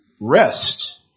rest